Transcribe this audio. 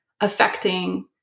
affecting